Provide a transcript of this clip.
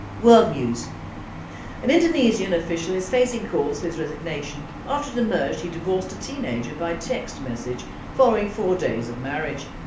world news an indonesian official is facing calls for his resignation after it emerged he divorced a teenager by text message following four days of marriage.